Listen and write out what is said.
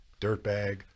dirtbag